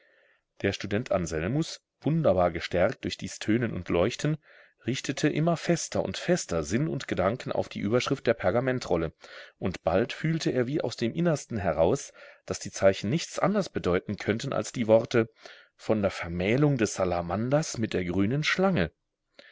der student anselmus wunderbar gestärkt durch dies tönen und leuchten richtete immer fester und fester sinn und gedanken auf die überschrift der pergamentrolle und bald fühlte er wie aus dem innersten heraus daß die zeichen nichts anders bedeuten könnten als die worte von der vermählung des salamanders mit der grünen schlange